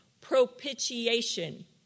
propitiation